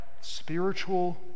spiritual